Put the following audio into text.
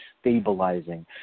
stabilizing